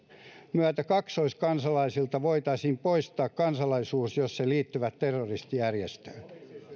myötä kaksoiskansalaisilta voitaisiin poistaa kansalaisuus jos he liittyvät terroristijärjestöön